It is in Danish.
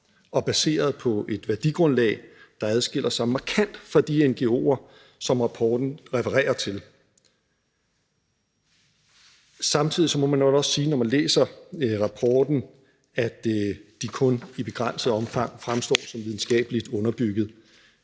er baseret på et værdigrundlag, der adskiller sig markant fra de ngo'er, som rapporten refererer til. Samtidig må man nok også sige, når man læser rapporten, at den kun i begrænset omfang fremstår som videnskabeligt underbygget.